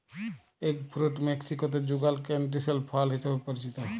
egg fruit মেক্সিকোতে যুগাল ক্যান্টিসেল ফল হিসেবে পরিচিত